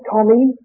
Tommy